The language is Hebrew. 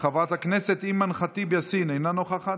חברת הכנסת אימאן ח'טיב יאסין, אינה נוכחת.